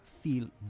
feel